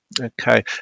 okay